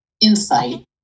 insight